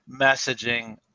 messaging